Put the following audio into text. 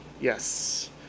yes